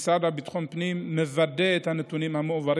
המשרד לביטחון הפנים מוודא כי הנתונים המועברים